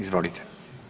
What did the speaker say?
Izvolite.